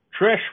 Trish